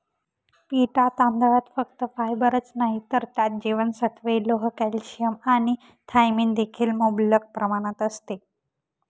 पिटा तांदळात फक्त फायबरच नाही तर त्यात जीवनसत्त्वे, लोह, कॅल्शियम आणि थायमिन देखील मुबलक प्रमाणात असते